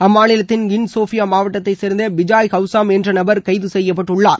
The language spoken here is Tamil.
அம்மாநிலத்தின் கின்சோஃபியா மாவட்டத்தை சேர்ந்த பிஜாய் ஹவுசாம் என்ற நபர் கைது செய்யப்பட்டுள்ளார்